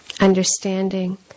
understanding